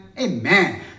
Amen